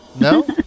No